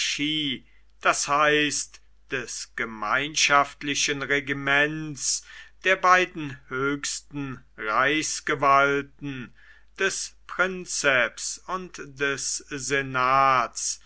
das heißt des gemeinschaftlichen regiments der beiden höchsten reichsgewalten des prinzeps und des senats